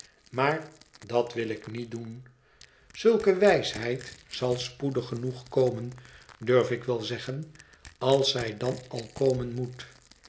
maar dat wil ik niet doen zulke wijsheid zal spoedig genoeg komen durf ik wel zeggen als zij dan al komen moet